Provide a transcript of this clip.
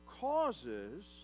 causes